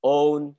own